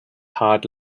hard